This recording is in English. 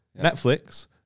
Netflix